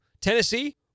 Tennessee